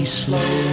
slow